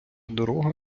дорога